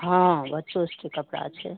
हँऽ बच्चो सबकऽ कपड़ा छै